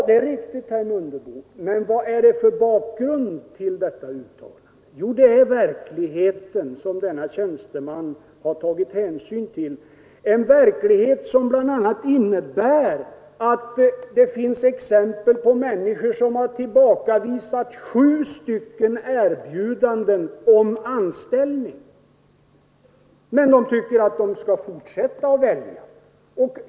Det är riktigt, herr Mundebo. Men vad har detta uttalande för bakgrund? Jo, det är verkligheten som denne tjänsteman tagit hänsyn till. Det finns exempel på människor som har tillbakavisat sju erbjudanden om anställning, men de tycker ändå att de skall få fortsätta att välja.